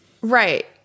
Right